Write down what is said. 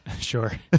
Sure